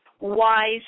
wise